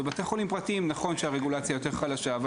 בבתי חולים פרטיים נכון שהרגולציה היא יותר חלשה,